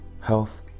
health